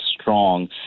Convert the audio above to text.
strong